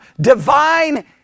divine